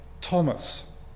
Thomas